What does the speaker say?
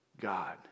God